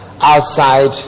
outside